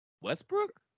westbrook